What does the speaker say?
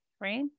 right